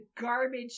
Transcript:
garbage